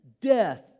death